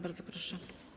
Bardzo proszę.